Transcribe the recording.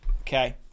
Okay